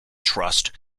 trust